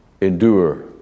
endure